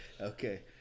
okay